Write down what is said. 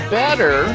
better